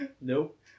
Nope